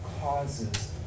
causes